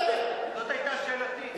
זאת היתה שאלתי.